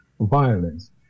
violence